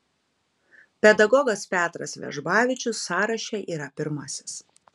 pedagogas petras vežbavičius sąraše yra pirmasis